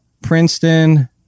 Princeton